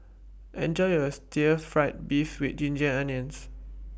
Enjoy your Stir Fried Beef with Ginger Onions